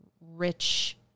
rich